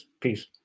Peace